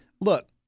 look